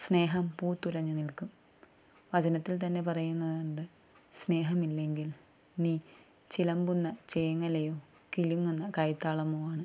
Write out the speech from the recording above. സ്നേഹം പൂത്തുലഞ്ഞ് നിൽക്കും വചനത്തിൽ തന്നെ പറയുന്നുണ്ട് സ്നേഹമില്ലെങ്കിൽ നീ ചിലമ്പുന്ന ചേങ്ങലയോ കിലുങ്ങുന്ന കൈതാളമോ ആണ്